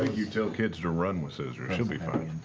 ah you tell kids to run with scissors, she'll be fine.